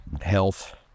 health